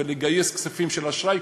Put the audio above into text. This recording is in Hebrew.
ולגייס כספים של אשראי,